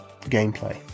gameplay